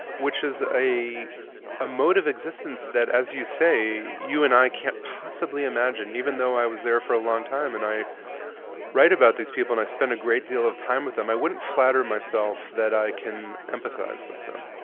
which is a a mode of existence that as you say, you and i can't possibly imagine. yeah. even though i was there for a long time and i write about these people and i spend a great deal of time with them, i wouldn't flatter myself that i can empathize with them.